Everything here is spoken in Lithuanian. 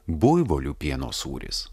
buivolių pieno sūris